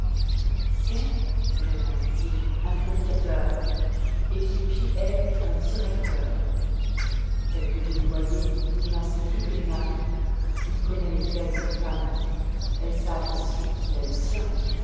c'est me répondit-il un prédicateur et qui pis est un directeur tel que vous le voyez il en sait plus que les maris il connoît le faible des femmes elles savent aussi qu'il a le sien